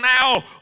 now